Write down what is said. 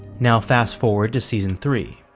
now fast-forward to season three,